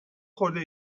خورده